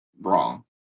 wrong